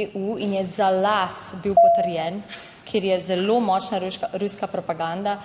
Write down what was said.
EU in je za las bil potrjen, kjer je zelo močna ruska propaganda.